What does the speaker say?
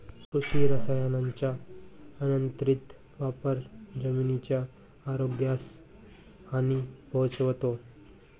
कृषी रसायनांचा अनियंत्रित वापर जमिनीच्या आरोग्यास हानी पोहोचवतो